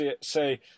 say